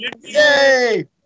Yay